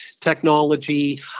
technology